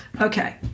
okay